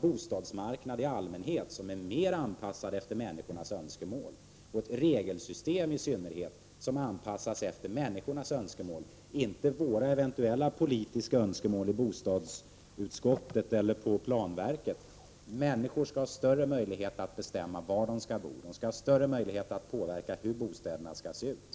Bostadsmarknaden i allmänhet och regelsystemet i synnerhet måste vara mera anpassade efter människornas önskemål, inte efter våra eventuella politiska önskemål i bostadsutskottet eller planverket. Människor skall ha större möjlighet att bestämma var de skall bo och att påverka hur bostäderna skall se ut.